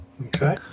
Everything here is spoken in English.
Okay